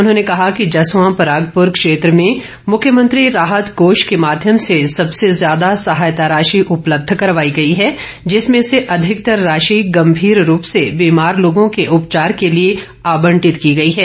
उन्होंने कहा कि जसवां परगपुर क्षेत्र में मुख्यमंत्री राहत कोष के माध्यम से सबसे ज्यादा सहायता राशि उपलब्ध करवाई गई है जिसमें से अधिकतर राशि गंभीर रूप से बीमार लोगों के उपचार के लिए आबंटित की गई है